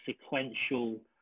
sequential